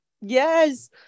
Yes